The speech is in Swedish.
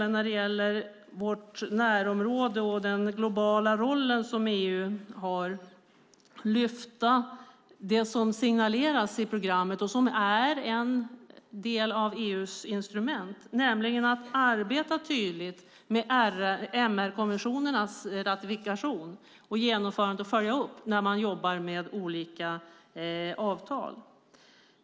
När det gäller vårt närområde och den globala roll som EU har intagit vill jag lyfta fram det som signaleras i programmet och som är en del av EU:s instrument, nämligen att arbeta tydligt för ratifikationer av MR-konventionerna och genomförande och uppföljande av olika avtal.